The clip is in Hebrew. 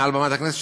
מעל בימת הכנסת,